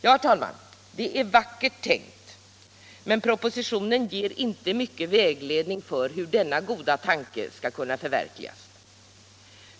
Ja, herr talman, det är vackert tänkt, men propositionen ger inte mycket vägledning för hur denna goda tanke skall kunna förverkligas.